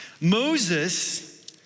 Moses